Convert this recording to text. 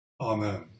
Amen